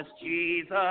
Jesus